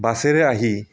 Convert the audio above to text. বাছেৰে আহি